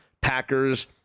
Packers